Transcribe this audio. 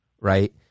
right